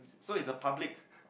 so it's a public